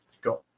got